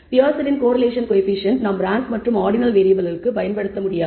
பியர்சனின் correlation coefficient நாம் rank மற்றும் ordinal வேறியபிள்களுக்கு பயன்படுத்த முடியாது